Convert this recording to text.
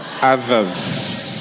others